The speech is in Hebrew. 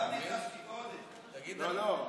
--- לא, לא.